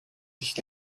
sich